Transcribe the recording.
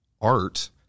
art